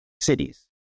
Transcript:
cities